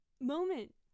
moment